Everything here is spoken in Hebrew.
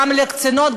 גם לקצינות,